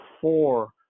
four